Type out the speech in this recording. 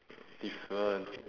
different